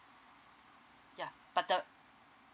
yeah but the